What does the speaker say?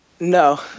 No